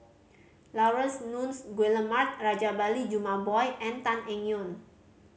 Laurence Nunns Guillemard Rajabali Jumabhoy and Tan Eng Yoon